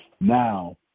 Now